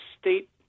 state